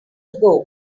ago